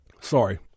Sorry